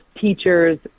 teachers